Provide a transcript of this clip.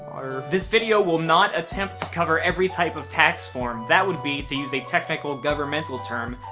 this video will not attempt to cover every type of tax form. that would be, to use a technical governmental term,